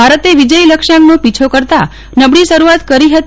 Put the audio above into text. ભારતે વિજથી લક્ષ્યાંકનો પીછો કરતા નબળી શરૂઆત કરી હતી